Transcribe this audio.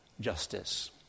justice